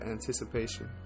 Anticipation